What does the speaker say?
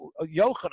Yochanan